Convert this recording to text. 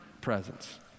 presence